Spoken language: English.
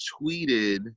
tweeted